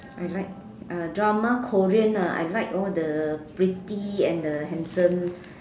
I like uh drama Korean ah I like all the pretty and the handsome